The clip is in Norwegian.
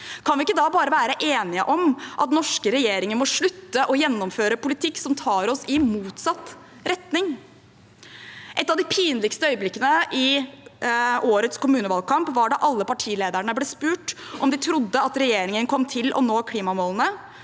Kan vi ikke da bare være enige om at den norske regjeringen må slutte å gjennomføre politikk som tar oss i motsatt retning? Et av de pinligste øyeblikkene i årets kommunevalgkamp var da alle partilederne ble spurt om de trodde at regjeringen kom til å nå klimamålene,